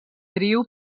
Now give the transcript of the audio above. trio